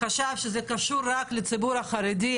חשב שזה קשור רק לציבור החרדי,